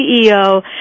CEO